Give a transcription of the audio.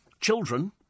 children